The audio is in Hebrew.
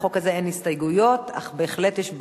לחוק הזה אין הסתייגויות,